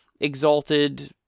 exalted